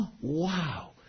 wow